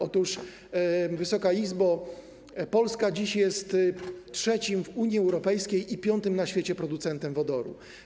Otóż, Wysoka Izbo, Polska jest dziś trzecim w Unii Europejskiej i piątym na świecie producentem wodoru.